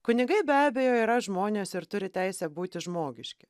kunigai be abejo yra žmonės ir turi teisę būti žmogiški